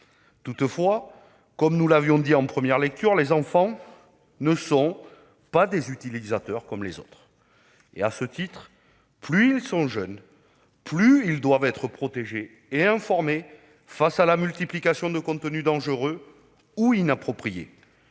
Toutefois, comme nous l'avions dit en première lecture, les enfants ne sont pas des utilisateurs comme les autres. À ce titre, plus ils sont jeunes, plus ils doivent être protégés et informés face à la multiplication de contenus dangereux ou inappropriés.